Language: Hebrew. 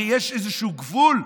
הרי יש איזשהו גבול,